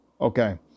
Okay